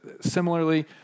similarly